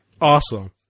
Awesome